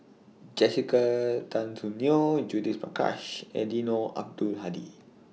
Jessica Tan Soon Neo Judith Prakash Eddino Abdul Hadi